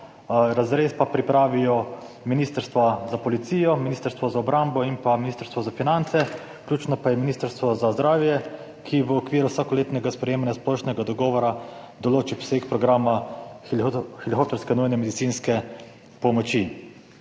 razrez pa pripravijo Ministrstvo za notranje zadeve, Ministrstvo za obrambo in Ministrstvo za finance. Ključno pa je Ministrstvo za zdravje, ki v okviru vsakoletnega sprejemanja splošnega dogovora določi obseg programa helikopterske nujne medicinske pomoči.